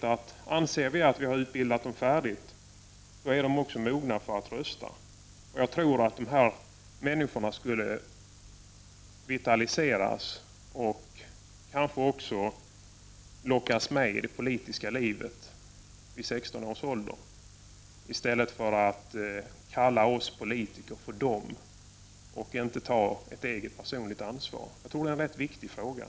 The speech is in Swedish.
Om vi anser att de vid denna ålder är färdigutbildade, då är de också mogna att rösta. Detta är rätt naturligt. Jag tror att detta skulle innebära en vitalisering i fråga om dessa människor och att de kanske också skulle lockas med i det politiska livet vid 16 års ålder i stället för att kalla oss politiker för ”de” och inte ta ett eget personligt ansvar. Detta är en viktig fråga.